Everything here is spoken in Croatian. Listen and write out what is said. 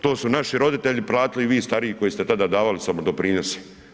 To su naši roditelji platili i vi stariji koji ste tada davale samodoprinose.